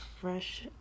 fresh